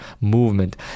movement